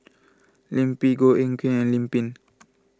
Lim Pin Goh Eck Kheng and Lim Pin